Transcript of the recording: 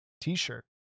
t-shirt